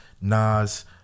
nas